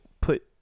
put